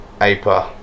Aper